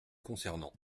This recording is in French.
concernant